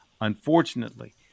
Unfortunately